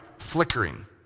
Flickering